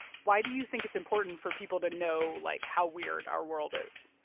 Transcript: why do you think it's important for people to know, like, how weird our world is?